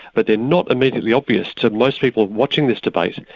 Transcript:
but they're not immediately obvious to most people watching this debate,